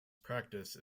practice